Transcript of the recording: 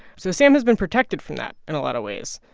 so sam has been protected from that in a lot of ways.